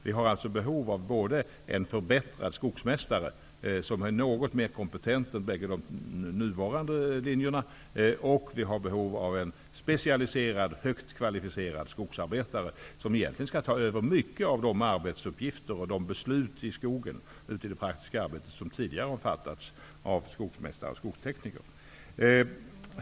Vi har alltså behov av både en förbättrad skogsmästare, som är något mer kompetent än de skogsmästare som utbildas vid bägge de nuvarande linjerna, och en specialiserad, högt kvalificerad skogsarbetare, som egentligen skall ta över en stor del av de arbetsuppgifter och de beslut som fattas ute i det praktiska arbetet i skogen som tidigare har legat på skogsmästare och skogstekniker.